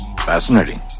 Fascinating